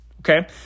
okay